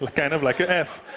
but kind of like an f.